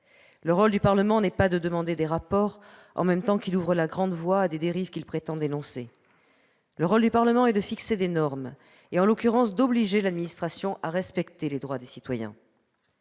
Le rôle du Parlement n'est pas de demander des rapports, en même temps qu'il ouvre grand la voie à des dérives qu'il prétend dénoncer. Le rôle du Parlement est de fixer des normes et, en l'occurrence, d'obliger l'administration à respecter les droits des citoyens.